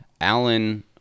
Alan